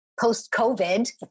post-COVID